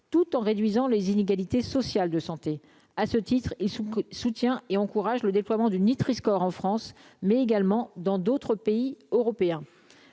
tout en réduisant les inégalités sociales de santé à ce titre, il soutient et encourage le déploiement du nutriscore en France, mais également dans d'autres pays européens,